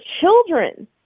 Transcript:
children